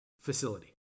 facility